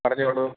പറഞ്ഞോളൂ